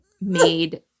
made